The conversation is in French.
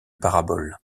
parabole